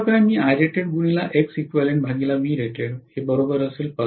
त्याच प्रकारे मी लिहिण्यास सक्षम असावे